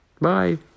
Bye